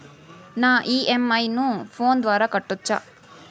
నా ఇ.ఎం.ఐ ను ఫోను ద్వారా కట్టొచ్చా?